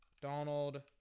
Donald